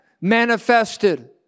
manifested